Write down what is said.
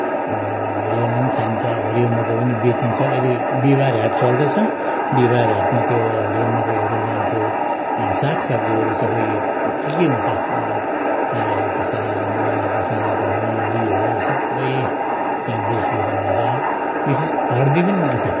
अब हरियोमा पनि खाइन्छ हरियो मकै पनि बेचिन्छ अहिले बिहिवारे हाट चल्दैछ बिहिवारे हाटमा त्यो हरियो मकैहरू लान्थ्यो अब सागसब्जीहरू सबै के के हुन्छ अब रायोको साग मुलाको साग मुलीहरू सबै त्याँ बेच बिखान हुन्छ विशेष हर्दी पनि लगाउँछ